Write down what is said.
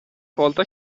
porta